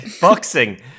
Boxing